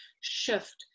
shift